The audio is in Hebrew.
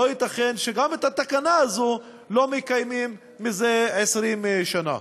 לא ייתכן שגם את התקנה הזאת לא מקיימים כבר 20 שנה.